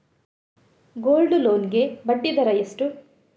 Gold loan ಗೆ ಬಡ್ಡಿ ದರ ಎಷ್ಟು?